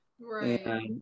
Right